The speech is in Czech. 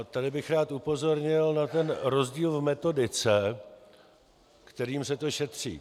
Tady bych rád upozornil na rozdíl v metodice, kterou se to šetří.